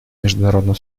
международным